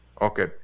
Okay